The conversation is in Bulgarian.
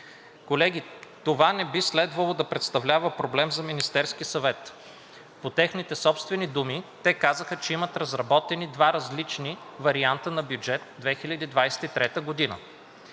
Колеги, това не би следвало да представлява проблем за Министерския съвет. По техните собствени думи, те казаха, че имат разработени два различни варианта на бюджет 2023 г.